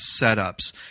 setups